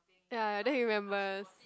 ya then he remembers